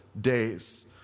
days